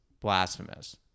blasphemous